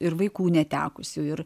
ir vaikų netekusių ir